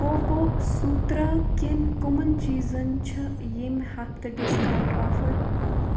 cocoa سوٗترٛا کٮ۪ن کَمَن چیٖزن چھ ییٚمہِ ہفتہٕ ڈِسکاونٛٹ آفر